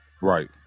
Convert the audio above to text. Right